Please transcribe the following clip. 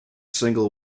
single